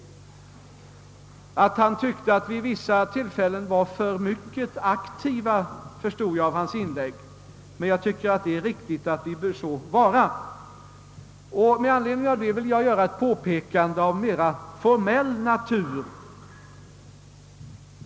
Att han tyckte att vi vid vissa tillfällen varit alltför aktiva, förstod jag av hans inlägg, men jag tycker att det är riktigt och att det bör så vara. Med anledning av detta vill jag göra ett påpekande av mera formell natur.